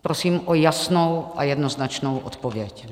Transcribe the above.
Prosím o jasnou a jednoznačnou odpověď.